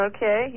Okay